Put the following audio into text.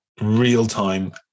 real-time